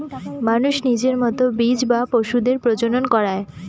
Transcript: মানুষ নিজের মতো বীজ বা পশুদের প্রজনন করায়